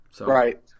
Right